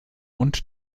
und